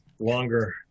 longer